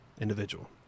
individual